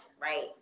right